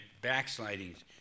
backslidings